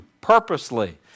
purposely